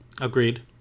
Agreed